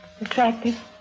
attractive